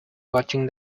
watching